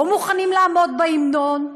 לא מוכנים לעמוד בהמנון,